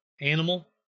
animal